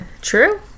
True